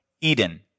Eden